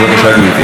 ובכן,